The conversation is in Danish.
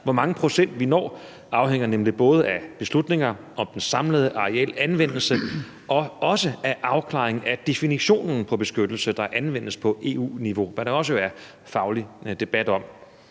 Hvor mange procent vi når, afhænger nemlig både af beslutninger om den samlede arealanvendelse og også af afklaring af definitionen på beskyttelse, der anvendes på EU-niveau, hvad der også vil være faglig debat om.